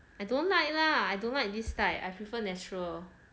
I don't like lah I don't like this type I prefer natural